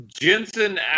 Jensen